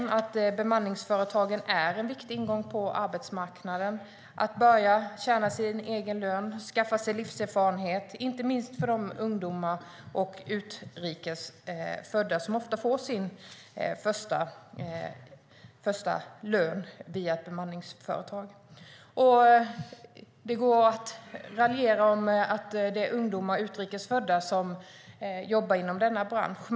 Bemanningsföretagen är en viktig ingång på arbetsmarknaden där man kan börja tjäna egen lön och skaffa sig erfarenhet. Inte minst gäller det ungdomar och utrikes födda som ofta får sin första lön via ett bemanningsföretag. Det går att raljera om att det är ungdomar och utrikes födda som jobbar inom denna bransch.